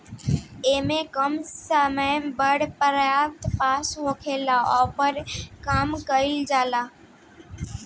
ऐमे कम समय मे बड़ प्रस्ताव पास होला, ओपर काम कइल जाला